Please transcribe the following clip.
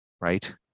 right